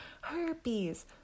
herpes